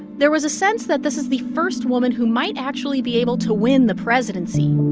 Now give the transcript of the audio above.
there was a sense that this is the first woman who might actually be able to win the presidency